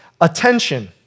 attention